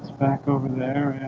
back over there.